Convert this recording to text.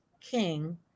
King